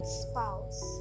spouse